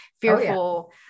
fearful